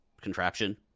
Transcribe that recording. contraption